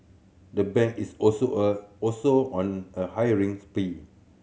the bank is also a also on a hiring spree